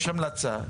יש המלצה,